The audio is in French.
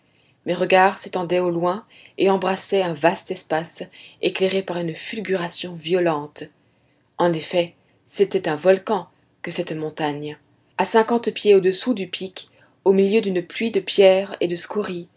mes regards s'étendaient au loin et embrassaient un vaste espace éclairé par une fulguration violente en effet c'était un volcan que cette montagne a cinquante pieds au-dessous du pic au milieu d'une pluie de pierres et de scories